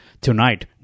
tonight